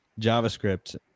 JavaScript